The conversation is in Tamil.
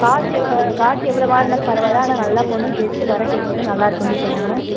காசு எவ் ஆ காசு எவ்வளோவா இருந்தாலும் பரவாயில்லை ஆனால் நல்லா போடணும் கெஸ்ட்டு வர கெஸ்ட்டெலாம் நல்லாயிருக்குன்னு சொல்லணும்